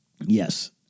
yes